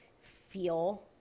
feel